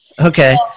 Okay